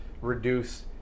reduce